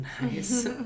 nice